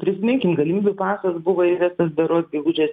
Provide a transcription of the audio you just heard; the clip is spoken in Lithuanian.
prisiminkim galimybių pasas buvo įvestas berods gegužės